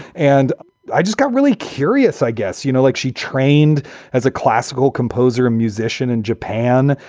and i just got really curious, i guess, you know, like she trained as a classical composer and musician in japan.